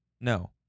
No